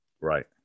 Right